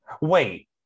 wait